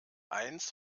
eins